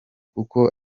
kuko